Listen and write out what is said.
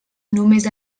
només